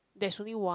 there's only one